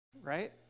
Right